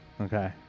Okay